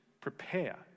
prepare